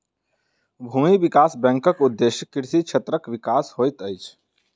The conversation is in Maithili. भूमि विकास बैंकक उदेश्य कृषि क्षेत्रक विकास होइत अछि